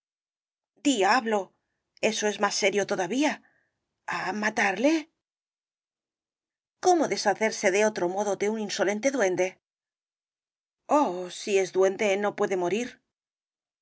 diablo eso es más serio todavía á matarle cómo deshacerse de otro modo de un insolente duende oh si es duende no puede morir